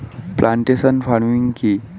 Plantation farming কি?